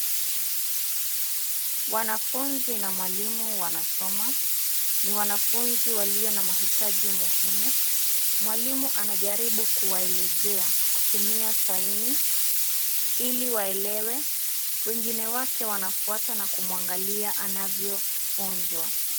Wanafunzi na mwalimu wansoma. Ni wanafunzi walio na mahitaji muhimu. Mwalimu anajaribu kuwaeleza kutumia saini ili waelewe. Wengine wake wanafuata na kumwangalia anavyofunzwa.